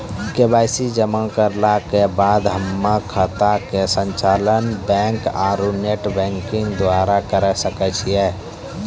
KYC जमा करला के बाद हम्मय खाता के संचालन बैक आरू नेटबैंकिंग द्वारा करे सकय छियै?